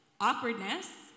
awkwardness